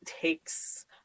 takes